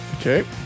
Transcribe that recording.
Okay